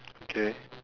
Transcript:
okay